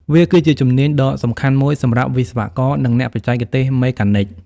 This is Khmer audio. វាគឺជាជំនាញដ៏សំខាន់មួយសម្រាប់វិស្វករ និងអ្នកបច្ចេកទេសមេកានិច។